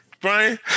Brian